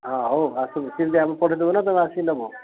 ହଁ ହଉ ଆସନ୍ତୁ କେମିତି ଆଗକୁ ପଠେଇଦେବୁ ନା ତମେ ଆସିିକି ନେବ